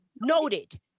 noted